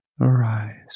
arise